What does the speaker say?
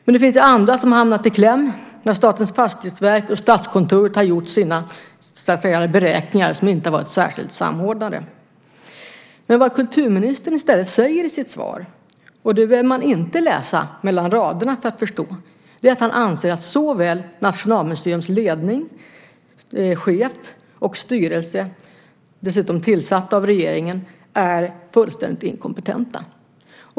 Men det finns andra som har hamnat i kläm när Statens fastighetsverk och Statskontoret har gjort sina beräkningar som inte har varit särskilt samordnade. Men vad kulturministern i stället säger i sitt svar, och det behöver man inte läsa mellan raderna för att förstå, är att han anser att såväl Nationalmuseums ledning som chef och styrelse, dessutom tillsatt av regeringen, är fullständigt inkompetenta.